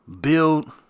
build